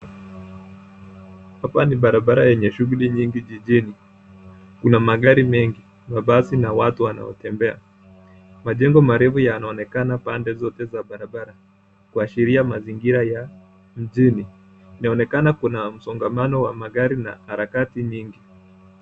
Hapa ni barabara yenye shuguli nyingi jijini. Kuna magari mengi, mabasi na watu wanaotembea. Majengo marefu yanaonekana pande zote za barabara kuashiria mazingira ya mjini. Kunaonekana kuna msongamano wa magari na harakati mingi.